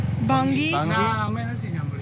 Bangi